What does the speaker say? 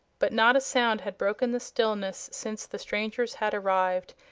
but not a sound had broken the stillness since the strangers had arrived,